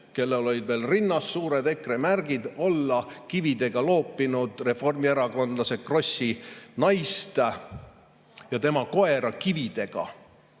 kellel olid veel rinnas suured EKRE märgid, olla kividega loopinud reformierakondlase Krossi naist ja tema koera.